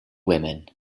women